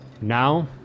Now